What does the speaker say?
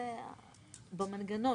זה במנגנון.